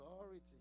authority